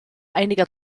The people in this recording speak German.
einiger